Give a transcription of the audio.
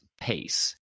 pace